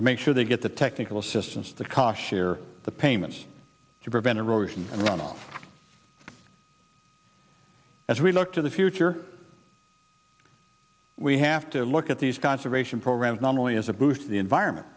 to make sure they get the technical assistance to cochere the payments to prevent erosion and runoff as we look to the future we have to look at these conservation programs normally as a boost to the environment